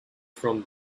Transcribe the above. from